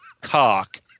cock